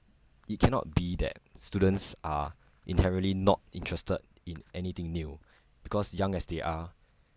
it cannot be that students are inherently not interested in anything new because young as they are